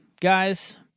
guys